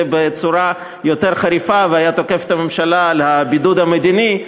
בצורה יותר חריפה והיה תוקף את הממשלה על הבידוד המדיני,